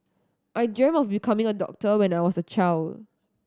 I dreamt of becoming a doctor when I was a child